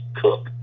cook